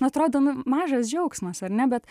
atrodo nu mažas džiaugsmas ar ne bet